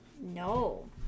No